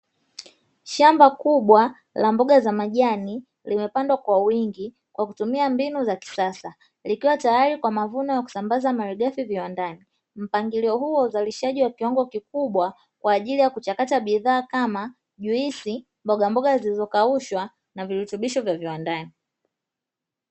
Shamba kubwa la mboga za majani limepandwa kwa wingi kwa kutumia mbinu za kisasa, likiwa tayari kwa ajili ya kuvunwa na kusambaza malighafi viwandani, mpangilio huu wa uzalishaji wa Kiwango kikubwa kwa ajili ya kuchakata bidhaa kama juisi, mbogamboga zilizokaushwa na virutubisho vya viwandani.